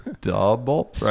double